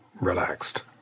relaxed